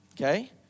Okay